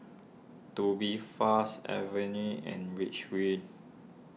Tubifast Avene and Reach Wind